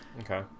okay